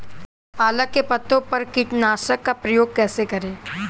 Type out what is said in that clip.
पालक के पत्तों पर कीटनाशक का प्रयोग कैसे करें?